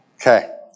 Okay